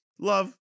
Love